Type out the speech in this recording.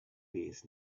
days